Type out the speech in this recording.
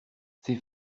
ces